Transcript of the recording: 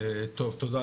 טוב, תודה.